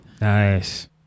Nice